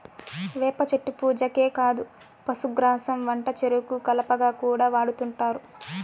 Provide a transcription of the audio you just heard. వేప చెట్టు పూజకే కాదు పశుగ్రాసం వంటచెరుకు కలపగా కూడా వాడుతుంటారు